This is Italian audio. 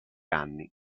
anni